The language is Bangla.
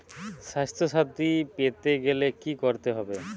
স্বাস্থসাথী পেতে গেলে কি করতে হবে?